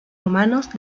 romanos